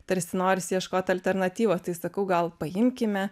tarsi norisi ieškot alternatyvos tai sakau gal paimkime